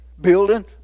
Building